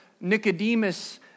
Nicodemus